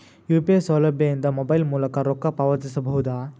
UPI ಸೌಲಭ್ಯ ಇಂದ mobile ಮೂಲಕ ರೊಕ್ಕ ಪಾವತಿಸ ಬಹುದಾ?